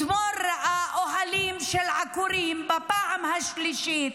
אתמול, ראה אוהלים של עקורים בפעם השלישית,